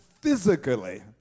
physically